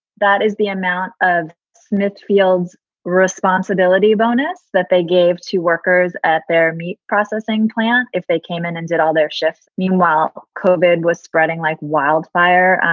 that is the amount of smithfield's responsibility bonus that they gave to workers at their meat processing plant. if they came in and did all their shifts. meanwhile, kerbin was spreading like wildfire,